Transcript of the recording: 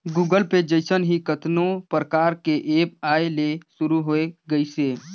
Google Pay जइसन ही कतनो परकार के ऐप आये ले शुरू होय गइसे